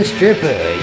Stripper